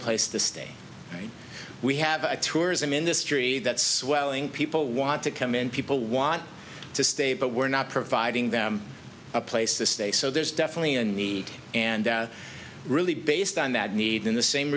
place to stay we have a tourism industry that swelling people want to come and people want to stay but we're not providing them a place to stay so there's definitely a need and really based on that need in the same